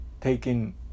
taking